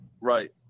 Right